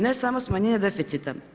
Ne samo smanjenje deficita.